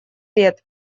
лет